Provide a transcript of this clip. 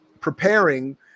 preparing